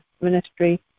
ministry